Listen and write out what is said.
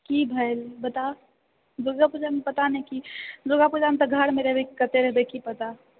की भेल बता दुर्गापूजामे पता नहि कि दुर्गापूजामे तऽ घरमे रहबै कतऽ रहबै की पता